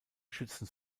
schützen